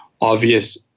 obvious